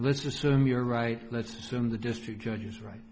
let's assume you're right let's assume the district judge is right